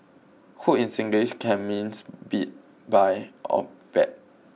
hoot in Singlish can means beat buy or bet